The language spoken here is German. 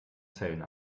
zellen